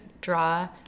draw